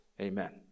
Amen